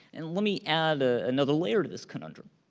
and let me add ah another layer to this conundrum.